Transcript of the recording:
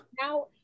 now